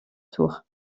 tour